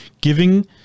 Giving